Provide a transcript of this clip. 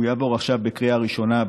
הוא יעבור עכשיו בקריאה ראשונה,